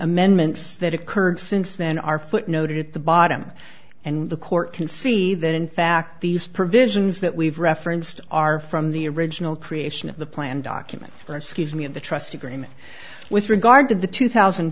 amendments that occurred since then are footnoted at the bottom and the court can see that in fact these provisions that we've referenced are from the original creation of the plan document or scuse me of the trust agreement with regard to the two thousand